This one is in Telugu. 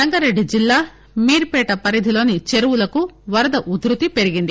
రంగారెడ్డి జల్లా మీర్పేట పరిధిలోని చెరువులకు వరద ఉధృతి పెరిగింది